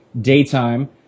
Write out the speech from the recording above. daytime